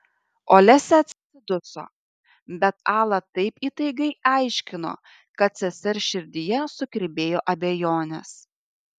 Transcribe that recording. olesia atsiduso bet ala taip įtaigiai aiškino kad sesers širdyje sukirbėjo abejonės